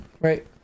Right